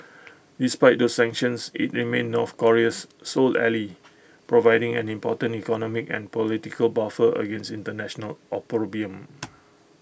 despite the sanctions IT remains north Korea's sole ally providing an important economic and political buffer against International opprobrium